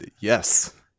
yes